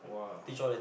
!wah!